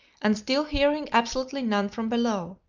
and still hearing absolutely none from below.